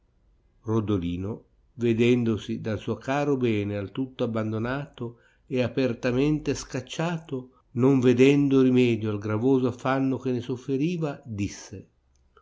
rodolino vedendosi dal suo caro bene al tutto abbandonato e apertamente scacciato non vedendo rimedio al gravoso affanno che sofferiva disse